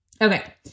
Okay